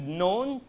known